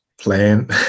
playing